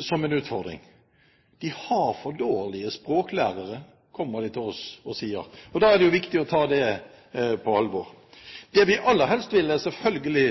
som en utfordring. Vi har for dårlige språklærere, kommer de til oss og sier. Da er det jo viktig å ta det på alvor. Det vi aller helst vil, er selvfølgelig,